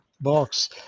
box